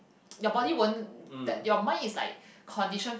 your body won't that your mind is like condition